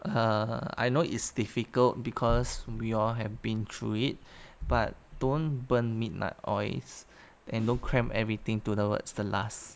err I know it's difficult because we all have been through it but don't burn midnight oils and don't cramp everything towards the last